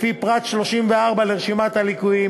לפי פרט 34 לרשימת הליקויים.